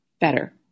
better